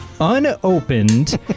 unopened